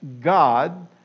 God